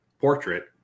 portrait